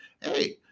hey